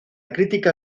crítica